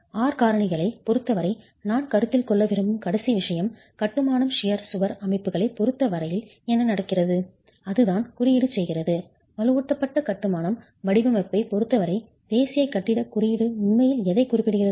R காரணிகளைப் பொருத்தவரை நான் கருத்தில் கொள்ள விரும்பும் கடைசி விஷயம் கட்டுமானம் ஷியர் கத்தரிப்பது சுவர் அமைப்புகளைப் பொறுத்த வரையில் என்ன நடக்கிறது அதுதான் குறியீடு செய்கிறது வலுவூட்டப்பட்ட கட்டுமானம் வடிவமைப்பைப் பொருத்தவரை தேசிய கட்டிடக் குறியீடு உண்மையில் எதைக் குறிப்பிடுகிறது